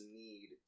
need